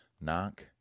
knock